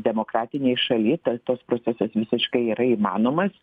demokratinėj šaly tas toks procesas visiškai yra įmanomas